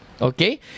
okay